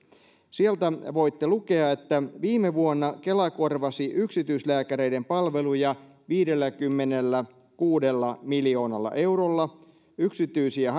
sieltä voitte lukea että viime vuonna kela korvasi yksityislääkäreiden palveluja viidelläkymmenelläkuudella miljoonalla eurolla yksityisiä